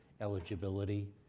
eligibility